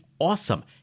awesome